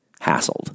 hassled